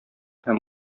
һәм